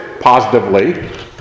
positively